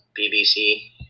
BBC